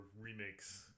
remakes